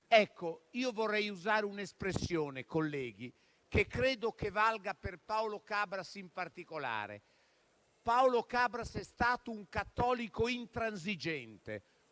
Ecco, vorrei usare un'espressione, colleghi, che credo valga per Paolo Cabras in particolare: Paolo Cabras è stato un cattolico intransigente,